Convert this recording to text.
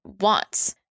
wants